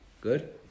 Good